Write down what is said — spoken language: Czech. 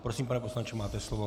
Prosím, pane poslanče, máte slovo.